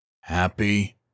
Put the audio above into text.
Happy